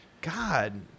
God